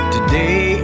Today